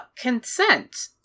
consent